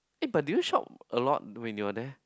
eh but did you shop a lot when you're there